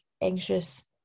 anxious